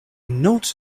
not